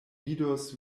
vidos